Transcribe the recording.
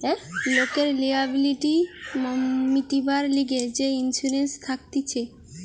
লোকের লিয়াবিলিটি মিটিবার লিগে যে ইন্সুরেন্স থাকতিছে